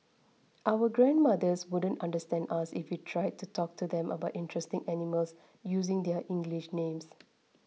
our grandmothers wouldn't understand us if we tried to talk to them about interesting animals using their English names